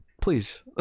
please